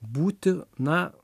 būti na